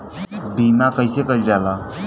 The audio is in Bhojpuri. बीमा कइसे कइल जाला?